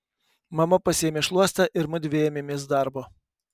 mama pasiėmė šluostę ir mudvi ėmėmės darbo